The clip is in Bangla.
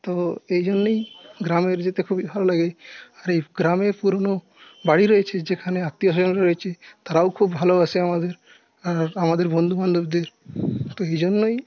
তো এই জন্যই গ্রামে যেতে খুবই ভালো লাগে আর এই গ্রামে পুরনো বাড়ি রয়েছে যেখানে আত্মীয় স্বজন রয়েছে তারাও খুব ভালোবাসে আমাদের আর আমাদের বন্ধু বান্ধবদের তো এই জন্যই